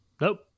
Nope